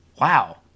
Wow